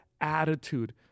attitude